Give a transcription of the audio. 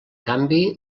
canvi